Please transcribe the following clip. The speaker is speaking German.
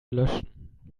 löschen